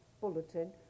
Bulletin